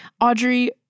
Audrey—